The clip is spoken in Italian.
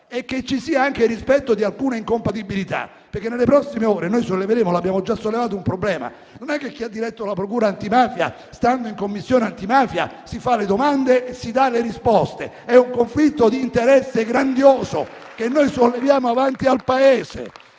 e ci sia anche il rispetto di alcune incompatibilità. Nelle prossime ore solleveremo - l'abbiamo già sollevato - un problema: non è che chi ha diretto la procura antimafia, stando in Commissione antimafia, si fa le domande e si dà le risposte. È un conflitto di interesse grandioso che noi solleviamo avanti al Paese